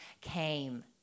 came